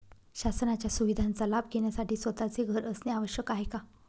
शासनाच्या सुविधांचा लाभ घेण्यासाठी स्वतःचे घर असणे आवश्यक आहे का?